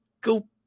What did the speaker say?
go